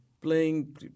playing